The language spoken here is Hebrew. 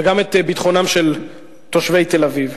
וגם את ביטחונם של תושבי תל-אביב.